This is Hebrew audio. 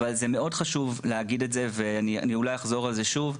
מאוד חשוב להגיד את זה ואני אולי אחזור על זה שוב,